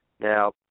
Now